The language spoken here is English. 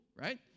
right